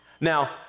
Now